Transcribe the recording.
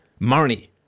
Marnie